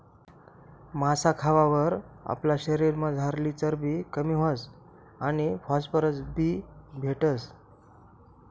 मासा खावावर आपला शरीरमझारली चरबी कमी व्हस आणि फॉस्फरस बी भेटस